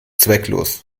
zwecklos